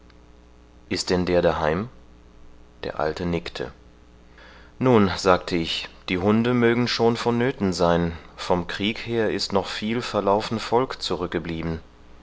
ist denn der daheim der alte nickte nun sagte ich die hunde mögen schon vonnöthen sein vom krieg her ist noch viel verlaufen volk